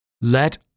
Let